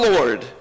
Lord